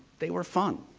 they were fun.